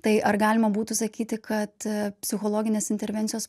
tai ar galima būtų sakyti kad psichologinės intervencijos